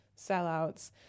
sellouts